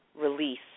release